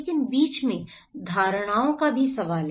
लेकिन बीच में धारणाओं का सवाल है